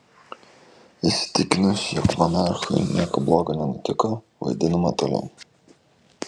įsitikinus jog monarchui nieko bloga nenutiko vaidinama toliau